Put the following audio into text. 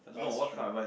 that's true